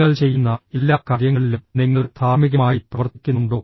നിങ്ങൾ ചെയ്യുന്ന എല്ലാ കാര്യങ്ങളിലും നിങ്ങൾ ധാർമ്മികമായി പ്രവർത്തിക്കുന്നുണ്ടോ